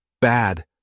bad